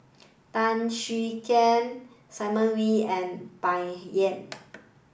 Tan Siah Kwee Simon Wee and Bai Yan